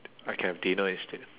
I can have dinner instead